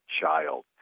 child